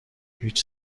هیچ